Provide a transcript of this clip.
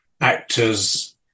actors